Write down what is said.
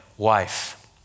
Wife